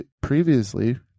previously